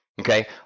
Okay